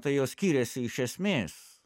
tai jos skyrėsi iš esmės